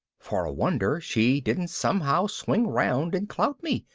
for a wonder she didn't somehow swing around and clout me,